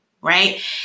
Right